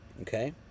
Okay